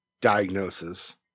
diagnosis